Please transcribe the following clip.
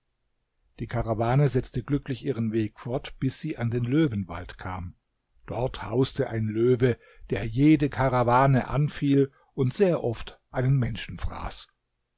die karawane setzte glücklich ihren weg fort bis sie an den löwenwald kam dort hauste ein löwe der jede karawane anfiel und sehr oft einen menschen